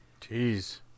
Jeez